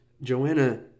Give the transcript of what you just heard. Joanna